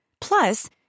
Plus